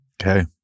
Okay